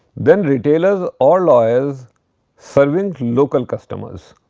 than retailers or lawyers serving local customers.